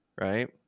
right